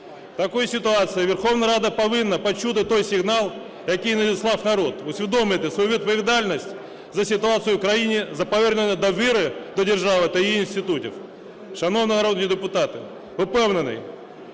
такій ситуації Верховна Рада повинна почути той сигнал, який надіслав народ, усвідомити свою відповідальність за ситуацію в країні, за повернення довіри до держави та її інститутів. Шановні народні депутати, впевнений,